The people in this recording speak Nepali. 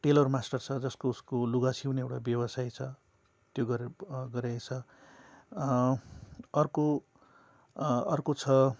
टेलर मास्टर छ जसको उसको लुगा सिउने एउटा व्यवसाय छ त्यो गरे गरेको छ अर्को अर्को छ